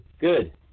good